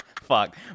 fuck